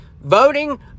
voting